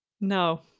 No